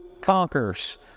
conquers